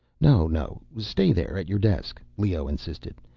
no, no, stay there at your desk, leoh insisted.